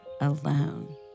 alone